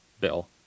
bill